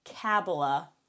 Kabbalah